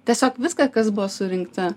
tiesiog viską kas buvo surinkta